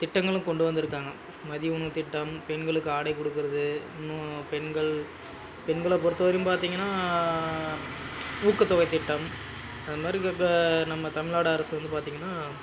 திட்டங்களும் கொண்டு வந்திருக்காங்க மதிய உணவு திட்டம் பெண்களுக்கு ஆடை கொடுக்குறது இன்னும் பெண்கள் பெண்களை பொறுத்த வரையும் பார்த்திங்கனா ஊக்கத்தொகை திட்டம் அதுமாதிரி இப்போ நம்ம தமிழ்நாடு அரசு வந்து பார்த்திங்கனா